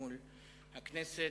מול הכנסת,